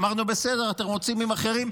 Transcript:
אמרנו: בסדר, אתם רוצים אחרים?